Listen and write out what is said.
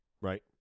right